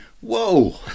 Whoa